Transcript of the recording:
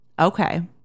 Okay